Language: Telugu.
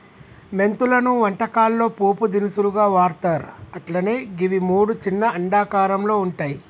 మెంతులను వంటకాల్లో పోపు దినుసుగా వాడ్తర్ అట్లనే గివి మూడు చిన్న అండాకారంలో వుంటయి